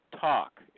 Talk